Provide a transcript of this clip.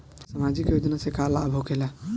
समाजिक योजना से का लाभ होखेला?